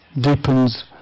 deepens